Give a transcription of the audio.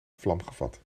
vlamgevat